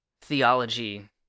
theology